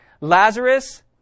Lazarus